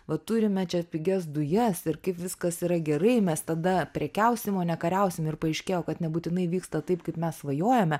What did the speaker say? va turime čia pigias dujas ir kaip viskas yra gerai mes tada prekiausim o nekariausim ir paaiškėjo kad nebūtinai vyksta taip kaip mes svajojame